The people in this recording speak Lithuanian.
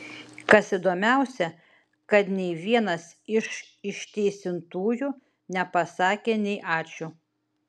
kas įdomiausią kad nei vienas iš išteisintųjų nepasakė nei ačiū